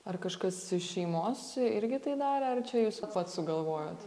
ar kažkas iš šeimos irgi tai daro ar čia jūs va pats sugalvojot